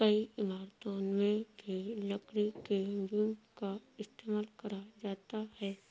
कई इमारतों में भी लकड़ी के बीम का इस्तेमाल करा जाता है